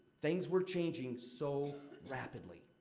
things were changing so rapidly.